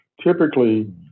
Typically